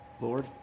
Lord